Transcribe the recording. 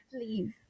Please